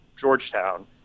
Georgetown